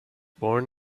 born